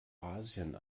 asien